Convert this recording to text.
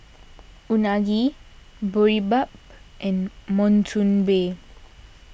Unagi Boribap and Monsunabe